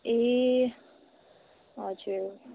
ए हजुर